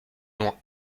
loin